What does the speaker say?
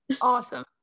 Awesome